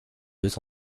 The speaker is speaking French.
deux